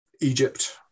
Egypt